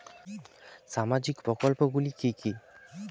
সামাজিক প্রকল্পগুলি কি কি?